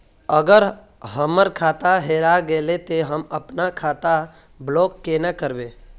अगर हमर खाता हेरा गेले ते हम अपन खाता ब्लॉक केना करबे?